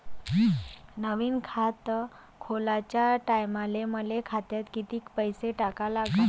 नवीन खात खोलाच्या टायमाले मले खात्यात कितीक पैसे टाका लागन?